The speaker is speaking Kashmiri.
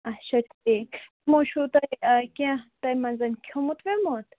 اَچھا ٹھیٖک یِمو چھُوتۄہہِ کیٚنٛہہ تَمہِ منٛز کھٮ۪ومُت وٮ۪ومُت